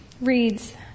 reads